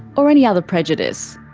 or any other prejudice.